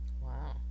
Wow